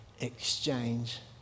exchange